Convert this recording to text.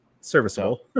serviceable